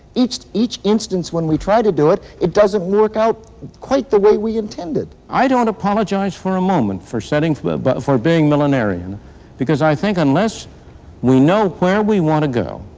each each instance when we try to do it it doesn't work out quite the way we intended. i don't apologize for a moment for setting for but for being millenarian because i think unless we know where we want to go,